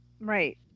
Right